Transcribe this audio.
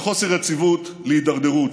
לחוסר יציבות, להידרדרות.